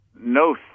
No